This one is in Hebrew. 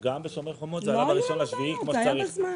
גם בשומר חומות זה עלה ב-1 ביולי כמו שצריך.